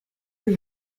que